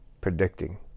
predicting